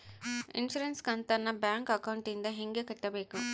Insurance ಕಂತನ್ನ bank ಅಕೌಂಟಿಂದ ಹೆಂಗ ಕಟ್ಟಬೇಕು?